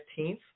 15th